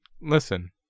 listen